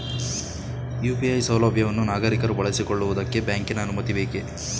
UPI ಸೌಲಭ್ಯವನ್ನು ನಾಗರಿಕರು ಬಳಸಿಕೊಳ್ಳುವುದಕ್ಕೆ ಬ್ಯಾಂಕಿನ ಅನುಮತಿ ಬೇಕೇ?